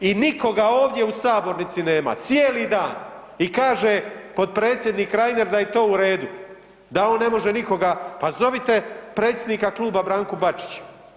I nikoga ovdje u sabornici nema cijeli dan i kaže potpredsjednik Reiner da je to u redu, da on ne može nikoga, pa zovite predsjednika kluba Branku Bačića.